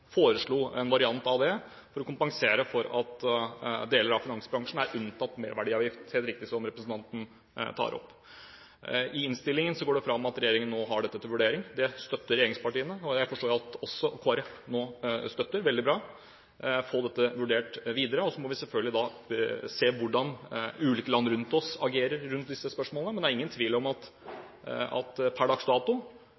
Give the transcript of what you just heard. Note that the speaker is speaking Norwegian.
foreslo en variant av det for å kompensere for at deler av finansbransjen er unntatt merverdiavgift – som representanten helt riktig tar opp. I innstillingen går det fram at regjeringen nå har dette til vurdering. Det støtter regjeringspartiene, og jeg forstår at også Kristelig Folkeparti nå støtter det – veldig bra. Vi skal få dette vurdert videre. Så må vi selvfølgelig se på hvordan ulike land rundt oss agerer rundt disse spørsmålene, men det er ingen tvil om at